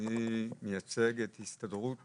אני מייצג את הסתדרות